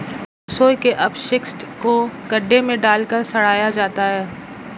रसोई के अपशिष्ट को गड्ढे में डालकर सड़ाया जाता है